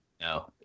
no